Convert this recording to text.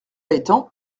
étant